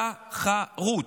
תחרות.